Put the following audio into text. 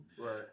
Right